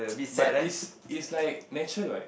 but this is like natural what